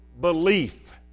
belief